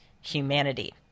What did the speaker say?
humanity